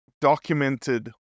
documented